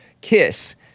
kiss